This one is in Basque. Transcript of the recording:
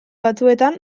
batzuetan